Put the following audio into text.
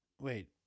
Wait